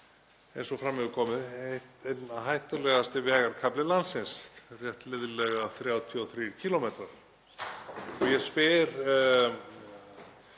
eins og fram hefur komið, einn hættulegasti vegarkafli landsins, rétt liðlega 33 km. Ég spyr